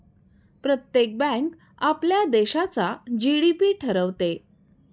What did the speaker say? प्रत्येक बँक आपल्या देशाचा जी.डी.पी ठरवते